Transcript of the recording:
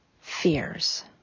fears